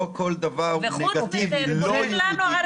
לא כל דבר הוא נגטיבי לא יהודי.